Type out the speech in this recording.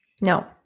No